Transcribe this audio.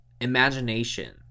imagination